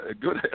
good